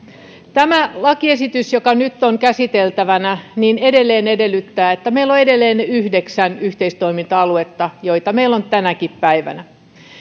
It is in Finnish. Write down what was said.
tämä lakiesitys joka nyt on käsiteltävänä edelleen edellyttää että meillä on edelleen ne yhdeksän yhteistoiminta aluetta jotka meillä on tänäkin päivänä